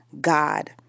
God